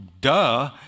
duh